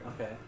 Okay